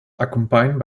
accompanied